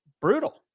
brutal